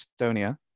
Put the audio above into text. Estonia